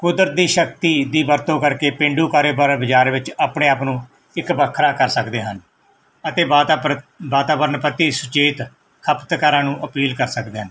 ਕੁਦਰਤੀ ਸ਼ਕਤੀ ਦੀ ਵਰਤੋਂ ਕਰਕੇ ਪੇਂਡੂ ਕਾਰੋਬਾਰ ਬਜ਼ਾਰ ਵਿੱਚ ਆਪਣੇ ਆਪ ਨੂੰ ਇੱਕ ਵੱਖਰਾ ਕਰ ਸਕਦੇ ਹਨ ਅਤੇ ਵਾਤਾ ਪ੍ਰਤੀ ਵਾਤਾਵਰਨ ਪ੍ਰਤੀ ਸੁਚੇਤ ਖਪਤਕਾਰਾਂ ਨੂੰ ਅਪੀਲ ਕਰ ਸਕਦੇ ਹਨ